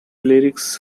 lyrics